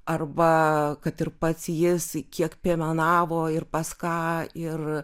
arba kad ir pats jis kiek piemenavo ir pas ką ir